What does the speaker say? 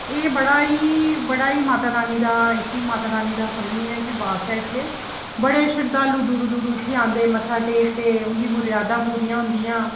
एह् बड़ा ई बड़ा ई माता रानी दा समझने आं कि वास ऐ इत्थें बड़े शरधालु दूरूं दूरूं इत्थें औंदे मत्था टेकदे उंदी मुरादां पूरियां होंदियां